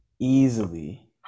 easily